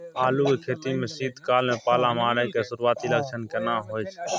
आलू के खेती में शीत काल में पाला मारै के सुरूआती लक्षण केना होय छै?